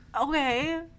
Okay